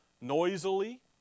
noisily